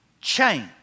change